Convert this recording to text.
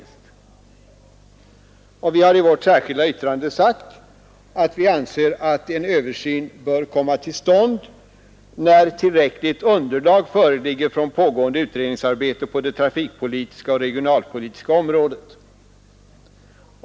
Vi har i vårt särskilda yttrande sagt, att vi anser att en översyn bör komma till stånd när tillräckligt underlag föreligger från pågående utredningsarbete på det trafikpolitiska och regionalpolitiska området.